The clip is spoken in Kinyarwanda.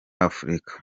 afrika